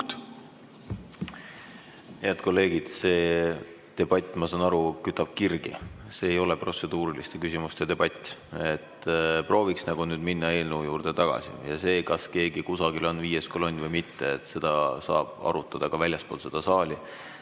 Head kolleegid, see debatt, ma saan aru, kütab kirgi, aga see ei ole protseduuriliste küsimuste debatt. Prooviks nüüd minna eelnõu juurde tagasi. Seda, kas keegi kusagil on viies kolonn või mitte, saab arutada ka väljaspool seda saali.